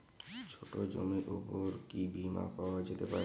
ছোট জমির উপর কি বীমা পাওয়া যেতে পারে?